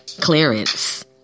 clearance